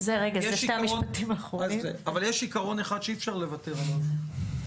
יש עיקרון אחד שאי אפשר לוותר עליו.